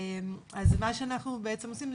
מה שאנחנו עושים,